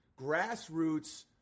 grassroots